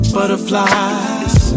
Butterflies